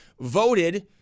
voted